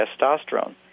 testosterone